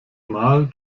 mal